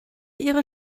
ihre